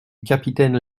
capitaine